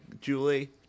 Julie